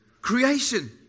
Creation